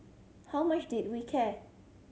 how much did we care